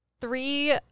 Three